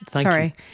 sorry